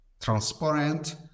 transparent